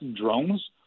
drones